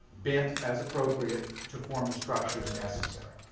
bent as appropriate, to form the structures necessary.